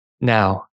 Now